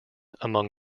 among